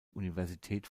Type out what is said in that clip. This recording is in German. universität